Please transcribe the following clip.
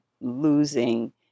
losing